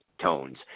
tones